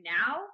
now